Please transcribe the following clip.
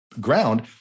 ground